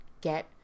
get